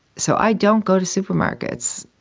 so i don't go to supermarkets.